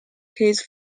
his